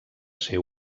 ser